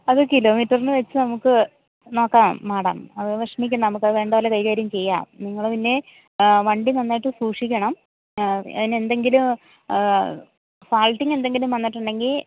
അത് കിലോമീറ്ററിന് വച്ച് നമുക്ക് നോക്കാം മാഡം അത് വിഷമിക്കണ്ട നമുക്കത് വേണ്ടത് പോലെ കൈകാര്യം ചെയ്യാം നിങ്ങൾ പിന്നെ വണ്ടി നന്നായിട്ട് സൂക്ഷിക്കണം അതിനെന്തെങ്കിലും ഫാൾട്ടിങ്ങെന്തെങ്കിലും വന്നിട്ടുണ്ടെങ്കിൽ